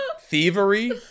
thievery